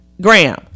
Graham